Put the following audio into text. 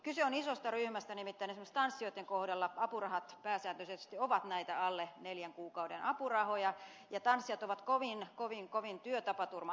kyse on isosta ryhmästä nimittäin esimerkiksi tanssijoitten kohdalla apurahat pääsääntöisesti ovat näitä alle neljän kuukauden apurahoja ja tanssijat ovat kovin kovin kovin työtapaturma alttiita